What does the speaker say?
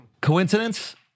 Coincidence